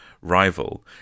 rival